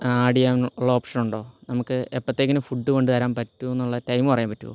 add ചെയ്യാൻ ഉള്ള option ഉണ്ടോ നമുക്ക് എപ്പോഴത്തേക്കിനും ഫുഡ് കൊണ്ടുവരാൻ പറ്റുമെന്നുള്ള ടൈം പറയാൻ പറ്റുമോ